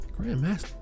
Grandmaster